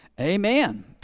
amen